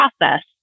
process